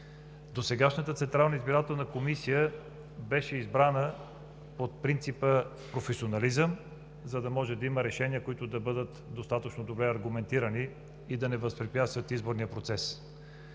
Досегашната Централна избирателна комисия беше избрана от принципа „професионализъм“, за да може да има да има решения, които да бъдат достатъчно добре аргументирани и да не възпрепятстват изборния процес.